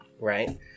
right